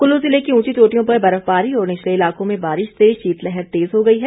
कुल्लू जिले की उंची चोटियों पर बर्फबारी और निचले इलाकों में बारिश से शीतलहर तेज हो गई है